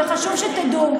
וחשוב שתדעו,